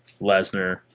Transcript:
Lesnar